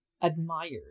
admired